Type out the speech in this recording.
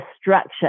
structure